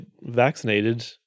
vaccinated